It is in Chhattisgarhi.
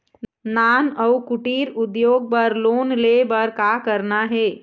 नान अउ कुटीर उद्योग बर लोन ले बर का करना हे?